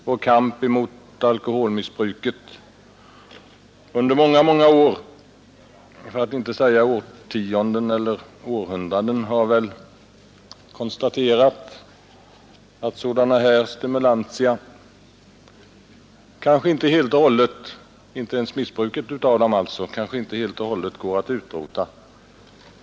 Vår kamp emot alkoholmissbruket under många, många år — för att inte säga årtionden eller århundraden — har väl visat att sådana här stimulantia kanske inte helt och hållet, och alltså inte ens missbruket av dem, går att utrota.